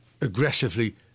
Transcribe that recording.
aggressively